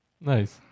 Nice